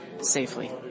safely